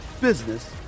business